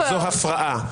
זאת הפרעה.